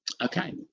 okay